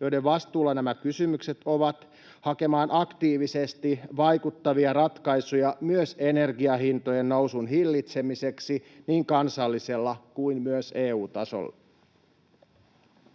joiden vastuulla nämä kysymykset ovat, hakemaan aktiivisesti vaikuttavia ratkaisuja myös energiahintojen nousun hillitsemiseksi niin kansallisella kuin myös EU-tasolla.